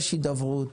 יש הידברות.